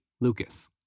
Lucas